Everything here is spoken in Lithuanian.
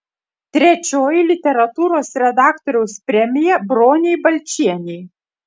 trečioji literatūros redaktoriaus premija bronei balčienei